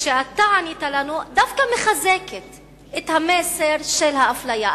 שאתה ענית לנו דווקא מחזקת את המסר של האפליה.